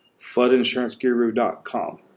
floodinsuranceguru.com